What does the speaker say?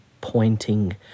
pointing